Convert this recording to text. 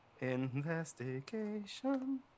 Investigation